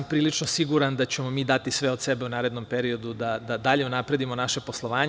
Prilično sam siguran da ćemo mi dati sve od sebe u narednom periodu da dalje unapredimo naše poslovanje.